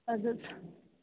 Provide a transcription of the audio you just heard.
ادٕ حَظ